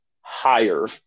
higher